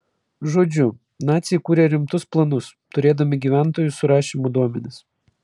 žodžiu naciai kūrė rimtus planus turėdami gyventojų surašymo duomenis